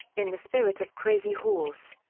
in the spirit of crazy horse.